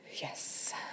Yes